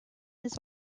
les